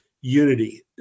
unity